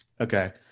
Okay